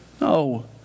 no